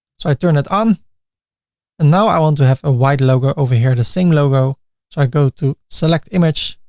so i turn that on and now i want to have a white logo over here, the same logo. so i go to select image,